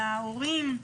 להורים.